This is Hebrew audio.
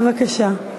בבקשה.